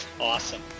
awesome